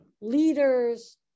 leaders